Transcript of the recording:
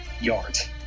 yards